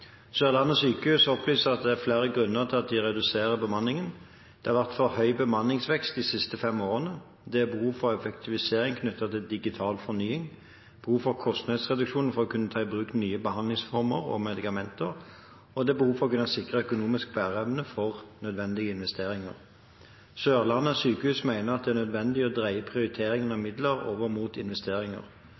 sykehus HF opplyser at det er flere grunner til at de reduserer bemanningen. Det har vært for høy bemanningsvekst de siste fem årene, det er behov for effektivisering knyttet til digital fornying, behov for kostnadsreduksjoner for å kunne ta i bruk nye behandlingsformer og medikamenter, og det er behov for å kunne sikre økonomisk bæreevne for nødvendige investeringer. Sørlandet sykehus mener at det er nødvendig å dreie prioriteringen av midler over mot investeringer.